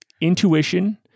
intuition